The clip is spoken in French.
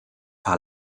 par